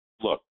look